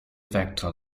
vector